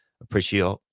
Appreciate